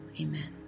Amen